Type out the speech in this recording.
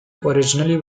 originally